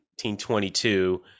1922